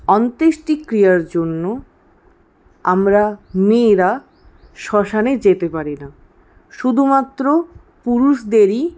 অন্ত্যেষ্টিক্রিয়ার জন্য আমরা মেয়েরা শ্মশানে যেতে পারি না শুধুমাত্র পুরুষদেরই